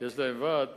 יש להם ועד,